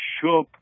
sure